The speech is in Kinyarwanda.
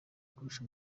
kurusha